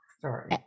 sorry